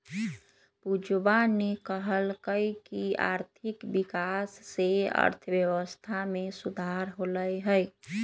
पूजावा ने कहल कई की आर्थिक विकास से अर्थव्यवस्था में सुधार होलय है